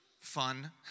fun